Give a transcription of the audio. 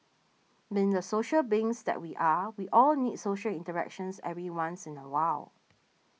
being the social beings that we are we all need social interactions every once in a while